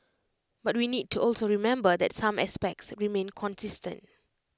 but we need to also remember that some aspects remain consistent